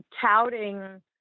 touting